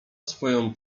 swoją